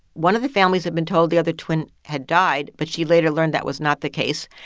one of the families had been told the other twin had died, but she later learned that was not the case.